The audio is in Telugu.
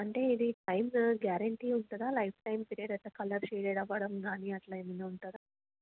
అంటే ఇది సైజు గ్యారెంటీ ఉంటుందా లైఫ్ టైం పీరియడ్ అట్లా కలర్ షేడ్ అవ్వడం కానీ అట్లా ఏమన్న ఉంటుందా